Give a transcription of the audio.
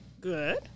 good